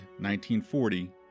1940